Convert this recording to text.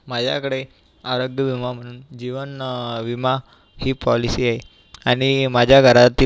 माझ्याकडे आरोग्यविमा जीवन विमा ही पॉलिसी आहे आणि माझ्या घरातील